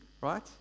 right